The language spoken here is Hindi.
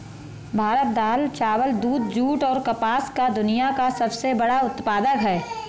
भारत दाल, चावल, दूध, जूट, और कपास का दुनिया का सबसे बड़ा उत्पादक है